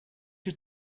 you